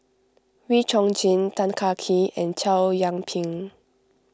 Wee Chong Jin Tan Kah Kee and Chow Yian Ping